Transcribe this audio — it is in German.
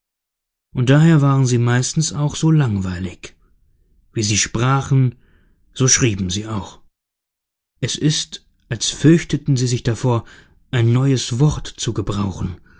und daher waren sie meistens auch so langweilig wie sie sprachen so schrieben sie auch es ist als fürchteten sie sich davor ein neues wort zu gebrauchen